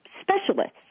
specialists